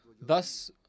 Thus